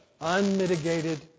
unmitigated